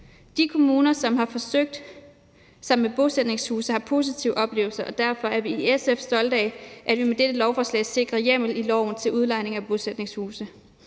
De kommuner, som har forsøgt sig med bosætningshuse, har positive oplevelser, og derfor er vi i SF stolte af, at vi med dette lovforslag sikrer hjemmel i loven til udlejning af bosætningshuse.